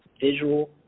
visual